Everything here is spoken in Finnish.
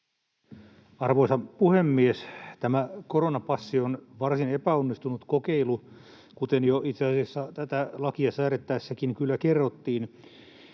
Arvoisa puhemies! Tämä koronapassi on varsin epäonnistunut kokeilu, kuten jo itse asiassa tätä lakia säädettäessäkin kyllä kerrottiin.